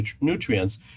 nutrients